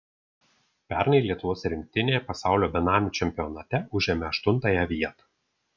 pernai lietuvos rinktinė pasaulio benamių čempionate užėmė aštuntąją vietą